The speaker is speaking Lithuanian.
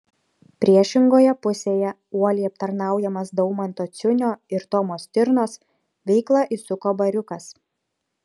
priešingoje pusėje uoliai aptarnaujamas daumanto ciunio ir tomo stirnos veiklą įsuko bariukas